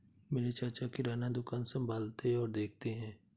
मेरे चाचा किराना दुकान संभालते और देखते हैं